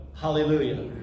Hallelujah